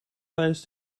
tijdens